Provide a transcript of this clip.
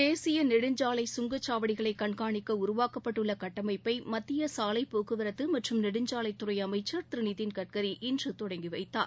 தேசிய நெடுஞ்சாலை சுங்கச் சாவடிகளை கண்காணிக்க உருவாக்கப்பட்டுள்ள கட்டமைப்பை மத்திய சாலை போக்குவரத்து மற்றும் நெடுஞ்சாலைத்துறை அமைச்சர் திரு நிதின் கட்கரி இன்று தொடங்கி வைத்தார்